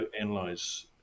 analyze